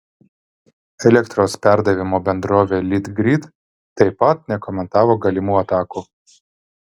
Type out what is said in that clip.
elektros perdavimo bendrovė litgrid taip pat nekomentavo galimų atakų